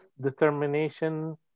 determination